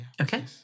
Okay